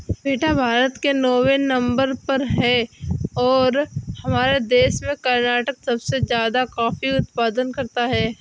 बेटा भारत नौवें नंबर पर है और हमारे देश में कर्नाटक सबसे ज्यादा कॉफी उत्पादन करता है